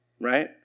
right